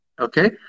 okay